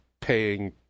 paying